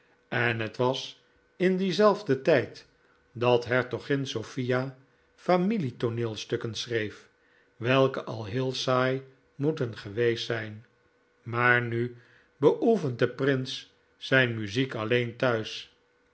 en het was in dienzelfden tijd dat hertogin sophia familie tooneelstukken schreef welke al heel saai moeten geweest zijn maar nu beoefent de prins zijn muziek alleen thuis